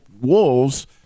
wolves